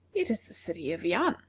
it is the city of yan,